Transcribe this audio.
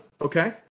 okay